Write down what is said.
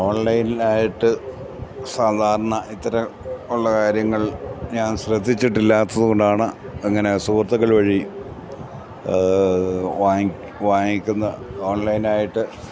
ഓൺലൈനായിട്ട് സാധാരണ ഇത്തരത്തിലുള്ള കാര്യങ്ങൾ ഞാൻ ശ്രദ്ധിച്ചിട്ടില്ലാത്തത് കൊണ്ടാണ് ഇങ്ങനെ സുഹൃത്തുക്കൾ വഴി വാങ്ങിക്കുന്നത് ഓൺലൈനായിട്ട്